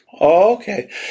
Okay